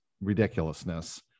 ridiculousness